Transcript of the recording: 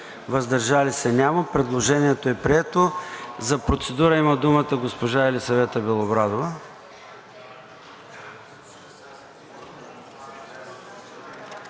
въздържали се няма. Предложението не е прието. За процедура има думата госпожа Елисавета Белобрадова.